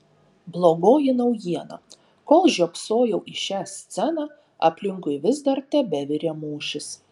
blogoji naujiena kol žiopsojau į šią sceną aplinkui vis dar tebevirė mūšis